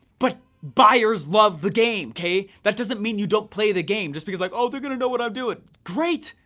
but buyers love the game, kay? that doesn't mean you don't play the game just because like, oh they're gonna know what i'm doing. great,